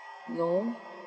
no